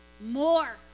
more